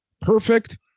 perfect